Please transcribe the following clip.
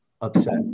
upset